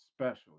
special